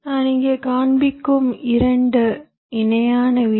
நான் இங்கே காண்பிக்கும் இரண்டு இணையான வி